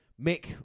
Mick